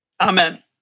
Amen